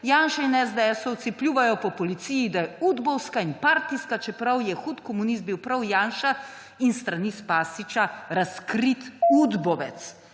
Janša in SDS pljuvajo po policiji, da je udbovska in partijska, čeprav je hud komunist bil prav Janša in s strani Spasića razkrit udbovec.«